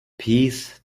peace